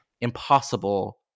impossible